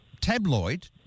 tabloid